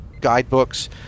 guidebooks